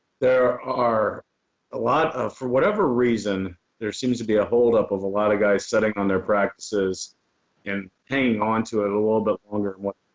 there are ah lot of for whatever reason there seems to be a hold up of a lot of guys setting on their practices and hanging onto it a little bit longer.